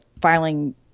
filing